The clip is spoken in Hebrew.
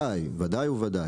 ודאי וודאי.